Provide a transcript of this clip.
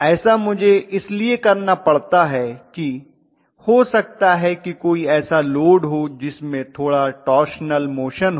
ऐसा मुझे इसलिए करना पड़ता है कि हो सकता कि कोई ऐसा लोड हो जिसमे थोड़ा टॉर्सनल मोशन हो